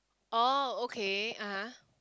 oh okay (aha)